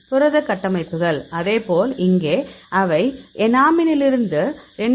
புரத கட்டமைப்புகள் அதேபோல் இங்கே அவை எனாமினிலிருந்து 2